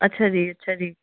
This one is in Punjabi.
ਅੱਛਾ ਜੀ ਅੱਛਾ ਜੀ